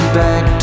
back